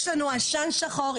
יש לנו עשן שחור,